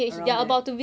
around there